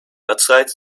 wedstrijd